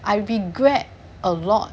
I regret a lot